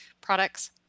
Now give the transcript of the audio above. products